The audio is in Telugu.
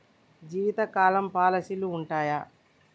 జీవితకాలం పాలసీలు ఉంటయా?